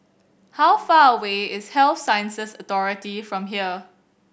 how far away is Health Sciences Authority from here